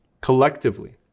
collectively